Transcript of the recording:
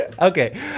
okay